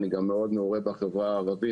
אני גם מאוד מעורה במגזר הערבי,